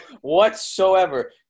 Whatsoever